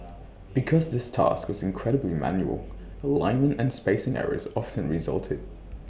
because this task was incredibly manual alignment and spacing errors often resulted